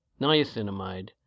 niacinamide